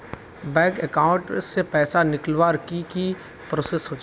Bank account से पैसा निकालवर की की प्रोसेस होचे?